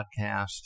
podcast